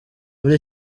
muri